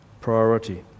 priority